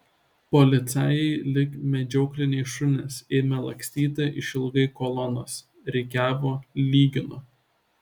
policajai lyg medžiokliniai šunys ėmė lakstyti išilgai kolonos rikiavo lygino